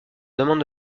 demande